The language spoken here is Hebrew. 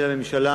ולממשלה,